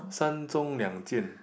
San-Zhong-Liang-Jian